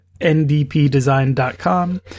ndpdesign.com